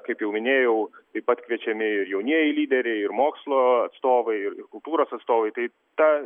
kaip jau minėjau taip pat kviečiami ir jaunieji lyderiai ir mokslo atstovai ir kultūros atstovai tai ta